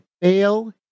bail